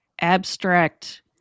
abstract